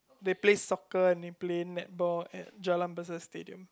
they play soccer and they play netball at Jalan-Besar stadium